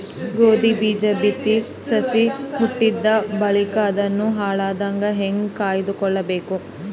ಗೋಧಿ ಬೀಜ ಬಿತ್ತಿ ಸಸಿ ಹುಟ್ಟಿದ ಬಳಿಕ ಅದನ್ನು ಹಾಳಾಗದಂಗ ಹೇಂಗ ಕಾಯ್ದುಕೊಳಬೇಕು?